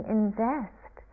invest